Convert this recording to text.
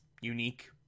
unique